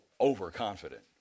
overconfident